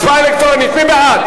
מי בעד